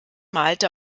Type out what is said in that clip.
malte